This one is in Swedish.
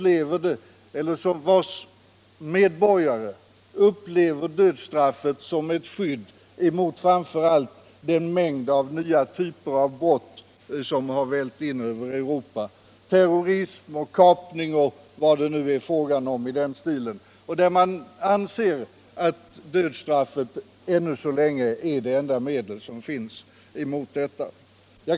Deras medborgare upplever dödsstraffet som ett skydd mot framför allt den mängd nya typer av brott som vällt in över Europa — terrorism, kapning m.m. — och anser att dödsstraffet ännu så länge är det enda medel som finns mot dessa.